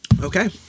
Okay